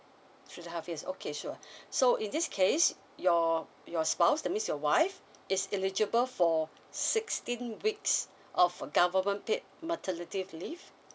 two and a half years okay sure so in this case your your spouse that means your wife is eligible for sixteen weeks of a government paid maternity leave